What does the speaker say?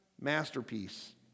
masterpiece